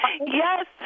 Yes